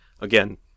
Again